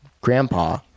grandpa